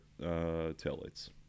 taillights